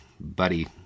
buddy